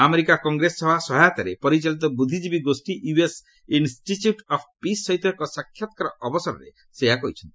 America Congress ସଭା ସହାୟତାରେ ପରିଚାଳିତ ବୁଦ୍ଧିଜ୍ଞାବୀ ଗୋଷ୍ଠୀ ୟୁଏସ୍ ଇନ୍ଷ୍ଟିଚ୍ୟୁଟ୍ ଅଫ୍ ପିସ୍ ସହିତ ଏକ ସାକ୍ଷାତକାର ଅବସରରେ ସେ ଏହା କହିଛନ୍ତି